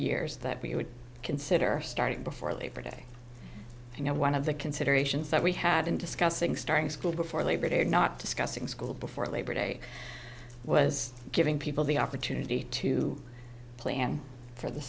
years that we would consider starting before labor day you know one of the considerations that we had in discussing starting school before labor day or not discussing school before labor day was giving people the opportunity to plan for the